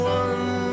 one